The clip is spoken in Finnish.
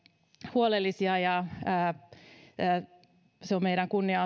huolellisia on meidän kunnia